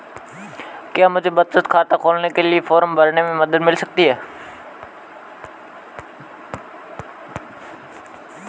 क्या मुझे बचत खाता खोलने के लिए फॉर्म भरने में मदद मिल सकती है?